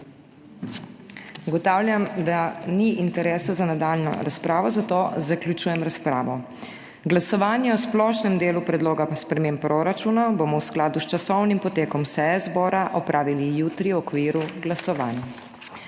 Ugotavljam, da ni interesa za nadaljnjo razpravo, zato zaključujem razpravo. Glasovanje o splošnem delu predloga sprememb proračuna bomo v skladu s časovnim potekom seje zbora opravili jutri v okviru glasovanj.